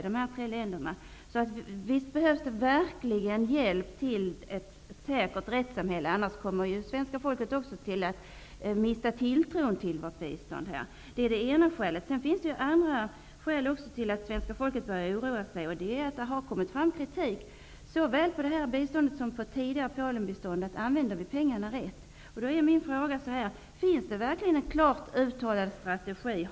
Det behövs verkligen hjälp för att balterna skall kunna åstadkomma ett säkert rättssamhälle. I annat fall kommer svenska folket att förlora förtroendet för detta bistånd. Ett annat skäl till att svenska folket har börjat att oroa sig är att det har kommit fram kritik mot såväl detta bistånd som det tidigare Polenbiståndet. Man frågar sig om pengarna verkligen används rätt. Mina frågor är då: Finns det en klart uttalad strategi?